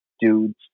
dudes